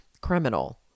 Criminal